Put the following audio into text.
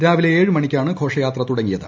രാല്പിലെ ഏഴ് മണിക്കാണ് ഘോഷയാത്ര തുടങ്ങിയത്